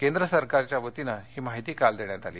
केंद्र सरकारच्या वतीने ही माहिती काल देण्यात आली